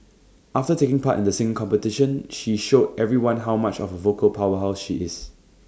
after taking part in the singing competition she showed everyone how much of A vocal powerhouse she is